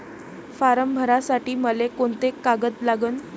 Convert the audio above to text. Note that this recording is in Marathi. फारम भरासाठी मले कोंते कागद लागन?